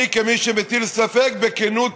אני, כמי שמטיל ספק בכנות